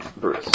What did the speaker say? Bruce